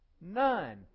None